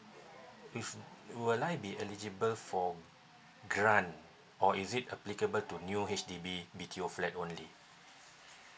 if will I be eligible for grant or is it applicable to new H_D_B B_T_O flat only